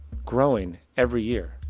growing every year.